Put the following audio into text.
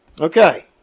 Okay